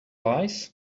lies